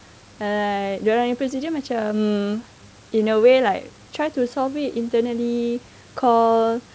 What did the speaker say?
like dia orang punya procedure in a way like try to solve it internally call